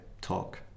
talk